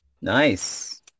Nice